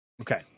Okay